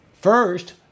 First